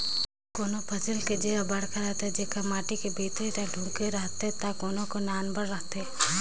कोनों फसिल के जेर हर बड़खा रथे जेकर माटी के भीतरी तक ढूँके रहथे त कोनो के नानबड़ रहथे